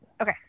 Okay